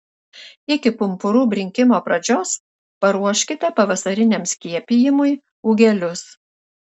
iki pumpurų brinkimo pradžios paruoškite pavasariniam skiepijimui ūgelius